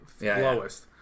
lowest